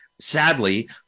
Sadly